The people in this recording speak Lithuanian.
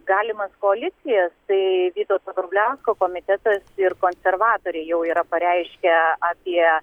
galimas koalicijas tai vytauto grubliausko komitetas ir konservatoriai jau yra pareiškę apie